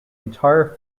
entire